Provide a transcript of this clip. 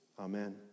Amen